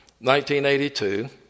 1982